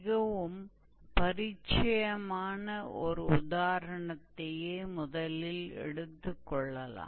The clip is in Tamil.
மிகவும் பரிச்சயமான ஒர் உதாரணத்தையே முதலில் எடுத்துக் கொள்ளலாம்